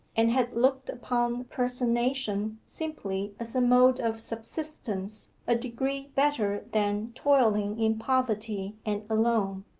and had looked upon personation simply as a mode of subsistence a degree better than toiling in poverty and alone,